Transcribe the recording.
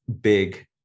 big